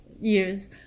years